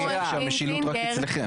רגע נסיים עם שלטון העם.